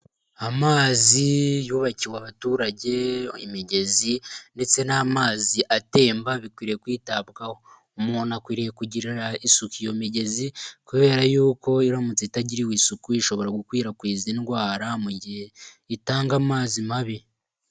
Amazi yubakiwe abaturage imigezi ndetse n'amazi atemba bikwiriye kwitabwaho, umuntu akwiriye kugirira isuku iyo migezi, kubera yuko iramutse itagiriwe isuku ishobora gukwirakwiza indwara mu gihe itanga amazi mabi.